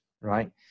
right